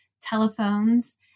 telephones